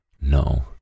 No